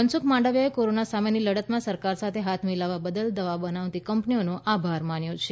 મનસુખ માંડવિયાએ કોરોના સામેની લડતમાં સરકાર સાથે હાથ મિલાવવા બદલ દવા બનાવતી કંપનીઓનો આભાર માન્યો છે